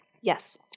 Yes